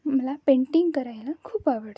मला पेंटिंग करायला खूप आवडतं